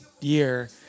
year